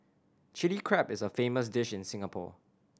Chilli Crab is a famous dish in Singapore